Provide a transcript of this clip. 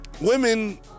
Women